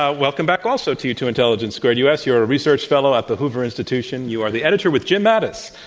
welcome back also to you, to intelligence squared u. s. you're a research fellow at the hoover institution. you are the editor, with jim mattis,